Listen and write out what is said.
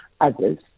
others